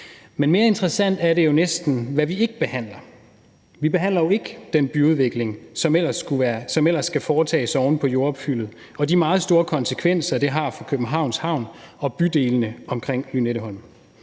Men mere interessant er det næsten, hvad vi ikke behandler. Vi behandler jo ikke den byudvikling, som ellers skal foretages oven på jordopfyldet, og de meget store konsekvenser, som det har for Københavns Havn og bydelene omkring Lynetteholm.